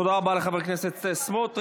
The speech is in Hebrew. תודה רבה לחבר הכנסת סמוטריץ'.